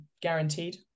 guaranteed